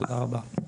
תודה רבה.